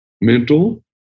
mental